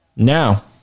Now